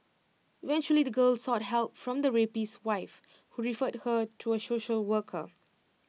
eventually the girl sought help from the rapist's wife who referred her to A social worker